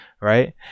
right